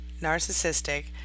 narcissistic